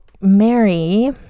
Mary